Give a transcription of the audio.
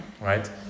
Right